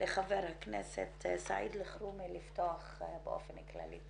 לחבר הכנסת סעיד אלחרומי לפתוח באופן כללי.